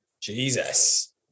Jesus